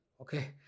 Okay